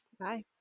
Bye